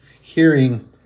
hearing